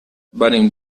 venim